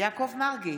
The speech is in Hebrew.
יעקב מרגי,